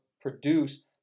produce